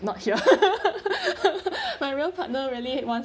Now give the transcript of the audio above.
not here my real partner really had wants